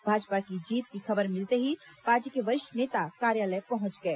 भाजपा की जीत की खबर मिलते ही पार्टी के वरिष्ठ नेता कार्यालय पहुंच गए